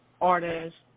artists